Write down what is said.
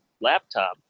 laptop